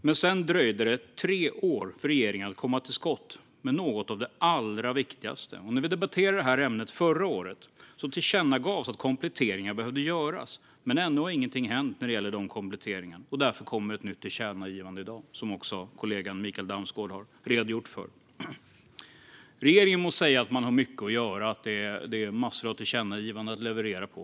Men sedan dröjde det tre år för regeringen att komma till skott med något av det allra viktigaste. När vi debatterade detta ämne förra året tillkännagavs att kompletteringar behövde göras, men ännu har ingenting hänt när de gäller dessa kompletteringar. Därför kommer ett nytt tillkännagivande i dag, som kollegan Mikael Damsgaard har redogjort för. Regeringen må säga att man har mycket att göra och att det är massor av tillkännagivanden att leverera på.